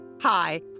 Hi